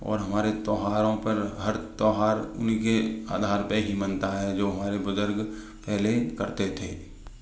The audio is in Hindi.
और हमारे त्योहारों पर हर त्योहार उनके आधार पर ही मनता हैं जो हमारे बुजुर्ग पहले करते थे